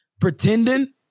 pretending